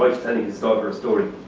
his daughter a story.